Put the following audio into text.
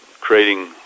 creating